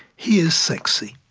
he is sexy.